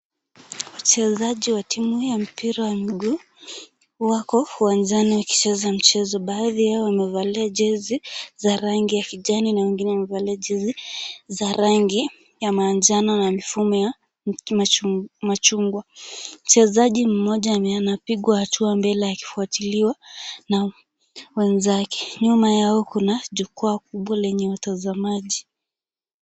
Wachezaji wa timu ya mpira wa miguu wako uwanjani wakicheza mchezo. Baadhi yao wamevalia jezi za rangi ya kijani na wengine wamevalia jezi za rangi ya manjano na mifumo ya machungwa. Mchezaji mmoja anapiga hatua mbele akifuatiliwa na wenzake. Nyuma yao kuna jukwaa kubwa lenye watazamaji.